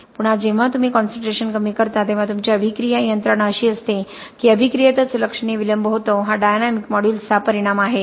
पुन्हा जेव्हा तुम्ही कॉनसन्ट्रेशन कमी करता तेव्हा तुमची अभिक्रिया यंत्रणा अशी असते कीअभिक्रियेतच लक्षणीय विलंब होतो हा डायनॅमिक मॉड्यूलसचा परिणाम आहे